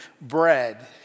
bread